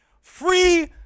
Free